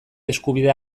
eskubidea